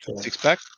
six-pack